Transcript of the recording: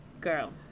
Girl